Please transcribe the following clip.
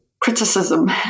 criticism